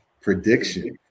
Prediction